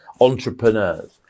entrepreneurs